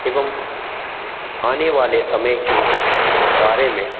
एवं आने वाले समय के बारे में